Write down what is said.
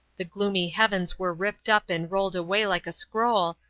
the gloomy heavens were ripped up and rolled away like a scroll,